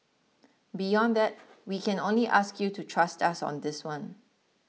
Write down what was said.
beyond that we can only ask you to trust us on this one